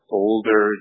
older